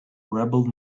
rebel